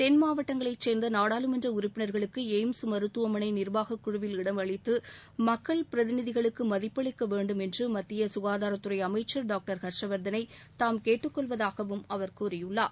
தென்மாவட்டங்களைச் சேர்ந்த நாடாளுமன்ற உறுப்பினர்களுக்கு எய்ம்ஸ் மருத்துவமனை நிர்வாகக்குழுவில் இடமளித்து மக்கள் பிரதிநிதிகளுக்கு மதிப்பளிக்க வேண்டும் என்றும் மத்திய சுகாதாரத்துறை அமைச்சர் டாக்டர் ஹர்ஷ்வர்தனை தாம் கேட்டுக்கொள்வதாகவும் அவர் கூறியுள்ளார்